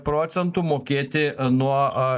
procentų mokėti nuo